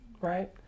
right